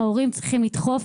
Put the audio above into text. ההורים צריכים לדחוף,